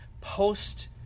post